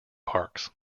parks